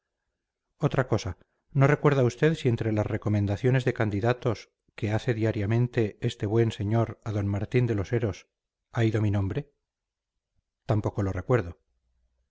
otra cosa no recuerda usted si entre las recomendaciones de candidatos que hace diariamente este buen señor a don martín de los heros ha ido mi nombre tampoco lo recuerdo